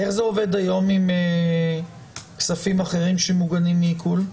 איך זה עובד היום עם כספים אחרים שמוגנים מעיקול?